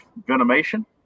venomation